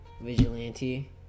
vigilante